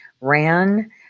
ran